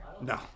No